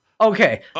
okay